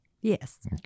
Yes